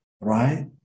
right